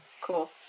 Cool